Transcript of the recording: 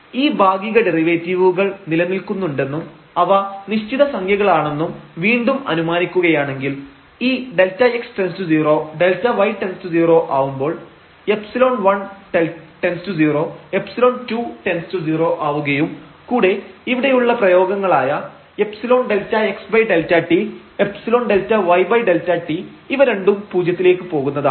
ഈ ഭാഗിക ഡെറിവേറ്റീവുകൾ നിലനിൽക്കുന്നുണ്ടെന്നും അവ നിശ്ചിത സംഖ്യകളാണെന്നും വീണ്ടും അനുമാനിക്കുകയാണെങ്കിൽ ഈ Δx→0 Δy→0 ആവുമ്പോൾ ϵ1→0 ϵ2→0 ആവുകയും കൂടെ ഇവിടെയുള്ള പ്രയോഗങ്ങളായ ϵΔxΔt ϵΔyΔt ഇവ രണ്ടും പൂജ്യത്തിലേക്ക് പോകുന്നതാണ്